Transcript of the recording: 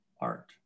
art